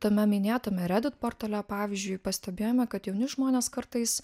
tame minėtame reddit portale pavyzdžiui pastebėjome kad jauni žmonės kartais